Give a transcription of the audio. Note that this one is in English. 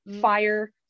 fire